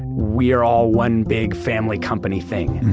we're all one big family company thing.